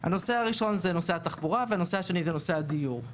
הנושא הראשון זה נושא התחבורה והנושא השני זה נושא הדיור.